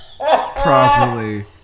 properly